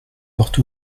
porte